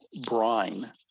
brine